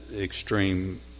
extreme